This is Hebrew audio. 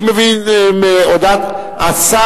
אני מבין מהודעת השר,